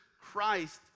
Christ